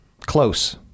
Close